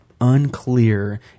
unclear